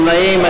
נמנעים.